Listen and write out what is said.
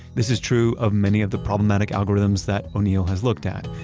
this is true of many of the problematic algorithms that o'neil has looked at,